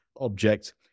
object